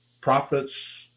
prophets